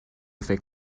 فکر